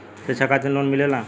शिक्षा खातिन लोन मिलेला?